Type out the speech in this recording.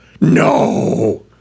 No